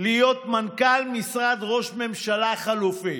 להיות מנכ"ל משרד ראש ממשלה חלופי,